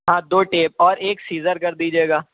ہاں دو ٹیپ اور ایک سیزر کر دیجیے گا